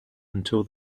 until